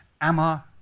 Amma